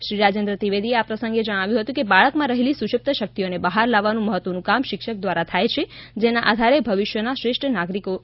શ્રી રાજેન્દ્ર ત્રિવેદીએ આ પ્રસંગે જણાવ્યું હતુ કે બાળકમાં રહેલી સુષુપ્ત શક્તિઓને બહાર લાવવાનું મહત્વનું કામ શિક્ષક દ્વારા થાય છે જેના આધારે ભવિષ્યના શ્રેષ્ઠ નાગરિકો રાષ્ટ્રને મળે છે